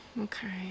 okay